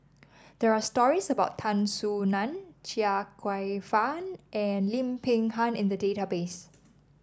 there are stories about Tan Soo Nan Chia Kwek Fah and Lim Peng Han in the database